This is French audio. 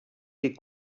des